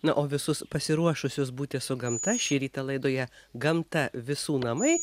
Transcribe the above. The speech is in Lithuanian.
na o visus pasiruošusius būti su gamta šį rytą laidoje gamta visų namai